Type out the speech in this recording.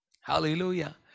Hallelujah